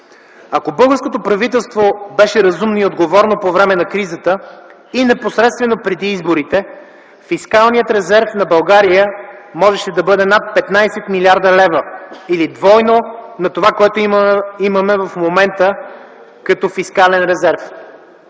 Ако българското правителство беше разумно и отговорно по време на кризата и непосредствено преди изборите, фискалният резерв на България можеше да бъде над 15 млрд. лв. или двойно на това, което имаме в момента като фискален резерв.